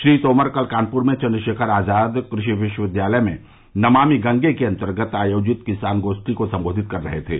श्री तोमर कल कानपुर में चंद्रशेखर आजाद कृषि विश्वविद्यालय में नमामि गंगे के अंतर्गत आयोजित किसान गोष्ठी को संबोधित कर रहे थे